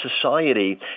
society